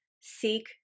seek